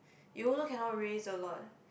you also cannot raise a lot